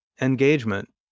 engagement